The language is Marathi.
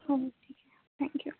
हो ठीक आहे थँक्यू